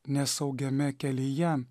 nesaugiame kelyje